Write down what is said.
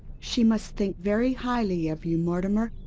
she must think very highly of you mortimer.